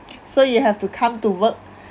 so you have to come to work